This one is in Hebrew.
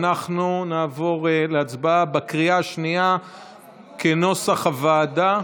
אנחנו נעבור להצבעה בקריאה השנייה כנוסח הוועדה.